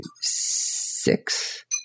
six